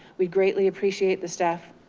we greatly appreciate the staff,